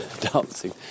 dancing